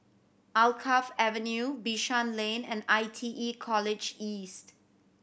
Alkaff Avenue Bishan Lane and I T E College East